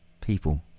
people